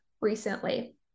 recently